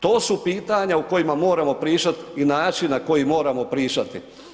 To su pitanja o kojima moramo pričati i način na koji moramo pričati.